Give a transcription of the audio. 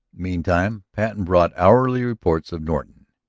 meantime patten brought hourly reports of norton.